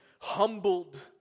humbled